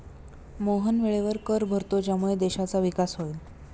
मोहन वेळेवर कर भरतो ज्यामुळे देशाचा विकास होईल